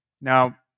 Now